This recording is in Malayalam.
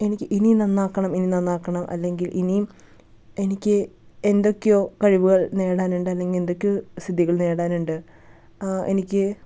എനിക്ക് ഇനിയും നന്നാക്കണം ഇനി നന്നാക്കണം അല്ലെങ്കിൽ ഇനിയും എനിക്ക് എന്തൊക്കെയോ കഴിവുകൾ നേടാനുണ്ട് അല്ലെങ്കിൽ എന്തൊക്കെയോ സിദ്ധികൾ നേടാനുണ്ട് എനിക്ക്